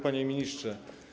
Panie Ministrze!